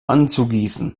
anzugießen